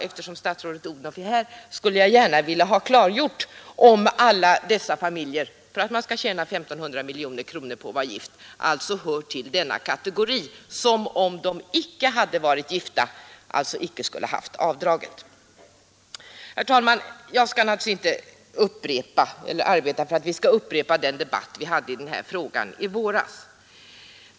Eftersom statsrådet Odhnoff är här skulle jag gärna vilja ha klargjort om alla dessa familjer tillsammans vinner 1 500 miljoner kronor just genom att vara gifta och alltså icke skulle ha haft avdraget om de icke hade varit gifta. Herr talman! Jag skall naturligtvis inte verka för att vi skall upprepa den debatt vi hade i den här frågan i våras.